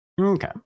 Okay